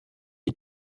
est